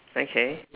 okay